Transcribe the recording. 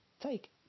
Take